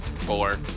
Four